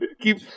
keep